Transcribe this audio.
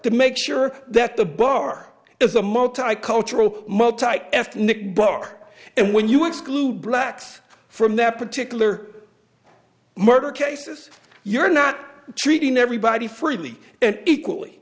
to make sure that the bar is a multicultural multiethnic book and when you exclude blacks from that particular murder cases you're not treating everybody fairly and equally